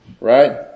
Right